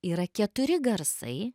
yra keturi garsai